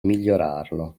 migliorarlo